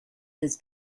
his